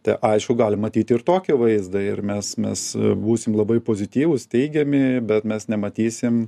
tai aišku galim matyti ir tokį vaizdą ir mes mes būsim labai pozityvūs teigiami bet mes nematysim